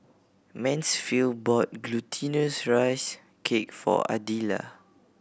Mansfield bought Glutinous Rice Cake for Idella